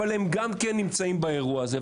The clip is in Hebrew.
אבל הם גם כן נמצאים באירוע הזה.